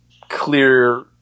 clear